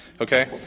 okay